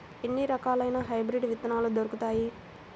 ఎన్ని రకాలయిన హైబ్రిడ్ విత్తనాలు దొరుకుతాయి?